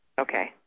Okay